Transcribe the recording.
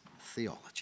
theology